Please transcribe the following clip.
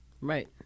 right